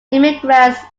immigrants